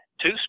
two